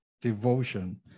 devotion